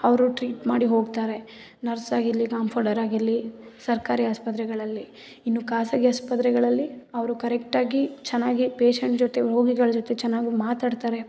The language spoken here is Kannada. ಅವರು ಟ್ರೀಟ್ ಮಾಡಿ ಹೋಗ್ತಾರೆ ನರ್ಸ್ ಆಗಿರಲಿ ಕಾಂಪೌಂಡರ್ ಆಗಿರಲಿ ಸರ್ಕಾರಿ ಆಸ್ಪತ್ರೆಗಳಲ್ಲಿ ಇನ್ನು ಖಾಸಗಿ ಆಸ್ಪತ್ರೆಗಳಲ್ಲಿ ಅವರು ಕರೆಕ್ಟಾಗಿ ಚೆನ್ನಾಗಿ ಪೇಷಂಟ್ ಜೊತೆ ರೋಗಿಗಳ ಜೊತೆ ಚೆನ್ನಾಗಿ ಮಾತಾಡ್ತಾರೆ